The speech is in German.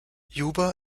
juba